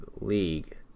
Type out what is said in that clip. League